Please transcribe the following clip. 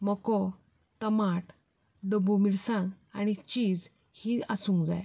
मको टमाट डब्बू मिरसांग आनी चीज हें आसूंक जाय